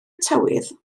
tywydd